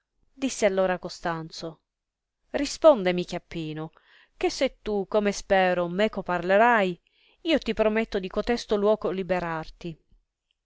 disse allora costanzo rispondemi chiappino che se tu come spero meco parlerai io ti prometto di cotesto luoco liberarti